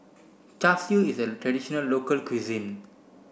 Char Siu is a traditional local cuisine